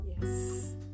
Yes